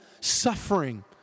suffering